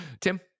Tim